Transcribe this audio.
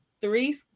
Three